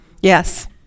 yes